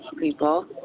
people